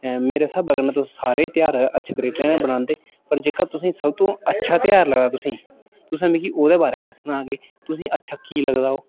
मेरे स्हाबै कन्नै तुस सारे गै ध्यार अच्छे तरीके कन्नै मनांदे ओ पर जेह्का तुसें गी सब तूं अच्छा ध्यार लगदा ऐ तुसें मिगी ओह्दे बारे च दस्सना कि तुसेंई अच्छा की लगदा ओ